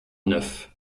neuf